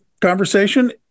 conversation